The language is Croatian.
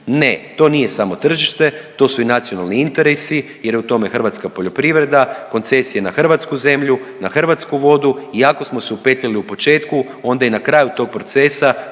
Ne, to nije samo tržište to su i nacionalni interesi jer je u tome hrvatska poljoprivreda, koncesije na hrvatsku zemlju, na hrvatsku vodu i ako smo se upetljali u početku onda i na kraju tog procesa,